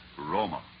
Roma